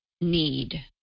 need